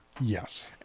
Yes